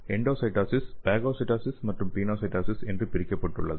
endocytosis phagocytosis மற்றும் pinocytosis என பிரிக்கப்பட்டுள்ளது